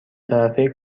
طرفه